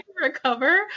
recover